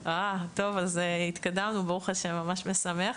אז התקדמנו ברוך השם, ממש משמח,